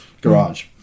garage